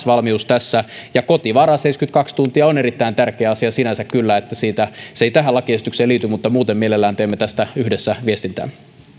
valmius tässä ja kotivara seitsemänkymmentäkaksi tuntia on erittäin tärkeä asia sinänsä kyllä se ei tähän lakiesitykseen liity mutta muuten mielellään teemme tästä yhdessä viestintää